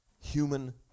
human